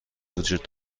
وجود